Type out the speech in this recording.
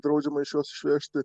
draudžiama iš jos išvežti